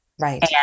right